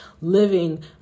living